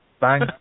bang